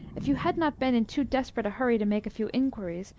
if you had not been in too desperate a hurry to make a few inquiries,